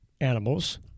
animals